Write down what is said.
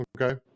Okay